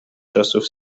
czasów